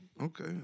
Okay